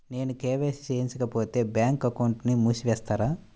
నేను కే.వై.సి చేయించుకోకపోతే బ్యాంక్ అకౌంట్ను మూసివేస్తారా?